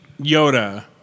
Yoda